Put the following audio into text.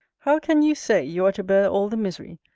how can you say, you are to bear all the misery,